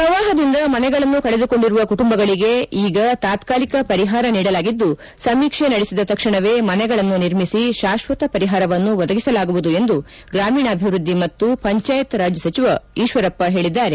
ಪ್ರವಾಪದಿಂದ ಮನೆಗಳನ್ನು ಕಳೆದುಕೊಂಡಿರುವ ಕುಟುಂಬಗಳಿಗೆ ಈಗ ತಾತ್ಕಾಲಿಕ ಪರಿಹಾರ ನೀಡಲಾಗಿದ್ದು ಸಮೀಕ್ಷೆ ನಡೆಸಿದ ತಕ್ಷಣವೇ ಮನೆಗಳನ್ನು ನಿರ್ಮಿಸಿ ಶಾಕ್ಷತ ಪರಿಹಾರವನ್ನು ಒದಗಿಸಲಾಗುವುದು ಎಂದು ಗ್ರಾಮೀಣಾಭಿವೃದ್ದಿ ಮತ್ತು ಪಂಚಾಯತ ರಾಜ್ ಸಚಿವ ಈಶ್ವರಪ್ಪ ಹೇಳಿದ್ದಾರೆ